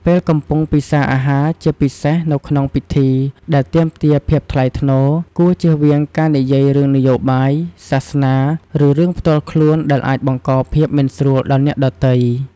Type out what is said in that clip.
ពេលកំពុងពិសារអាហារ ជាពិសេសនៅក្នុងពិធីដែលទាមទារភាពថ្លៃថ្នូរ គួរជៀសវាងការនិយាយរឿងនយោបាយ សាសនា ឬរឿងផ្ទាល់ខ្លួនដែលអាចបង្កភាពមិនស្រួលដល់អ្នកដទៃ។